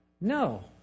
No